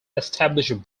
established